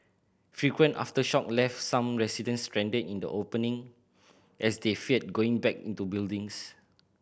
frequent aftershock left some residents stranded in the opening as they feared going back into buildings